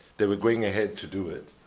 they were going ahead to do it,